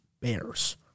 Bears